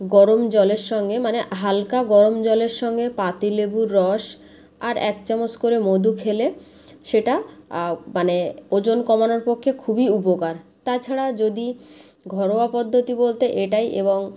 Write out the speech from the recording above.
গরম জলের সঙ্গে মানে হালকা গরম জলের সঙ্গে পাতি লেবুর রস আর এক চামচ করে মধু খেলে সেটা মানে ওজন কমানোর পক্ষে খুবই উপকারি তাছাড়া যদি ঘরোয়া পদ্ধতি বলতে এটাই এবং